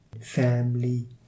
family